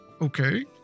Okay